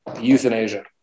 Euthanasia